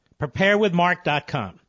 PrepareWithMark.com